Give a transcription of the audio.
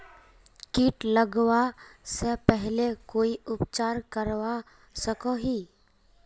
किट लगवा से पहले कोई उपचार करवा सकोहो ही?